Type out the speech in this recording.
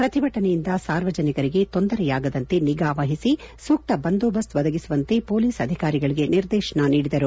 ಪ್ರತಿಭಟನೆಯಿಂದ ಸಾರ್ವಜನಿಕರಿಗೆ ತೊಂದರೆಯಾಗದಂತೆ ನಿಗಾವಹಿಸಿ ಸೂಕ್ತ ಬಂದೋಬಸ್ತ್ ಒದಗಿಸುವಂತೆ ಮೊಲೀಸ್ ಅಧಿಕಾರಿಗಳಿಗೆ ನಿರ್ದೇಶನ ನೀಡಿದರು